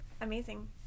Amazing